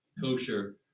kosher